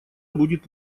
будет